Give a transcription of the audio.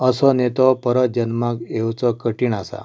असो नेतो परत जल्माक येवचो कठीण आसा